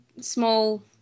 small